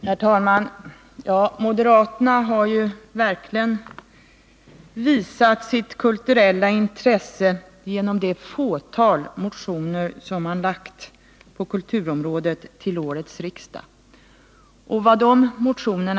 Herr talman! Moderaterna har verkligen visat sitt kulturella intresse, eftersom de till årets riksmöte har väckt så få motioner på det kulturella området. Man kan gå till motionerna och se vad de syftar till.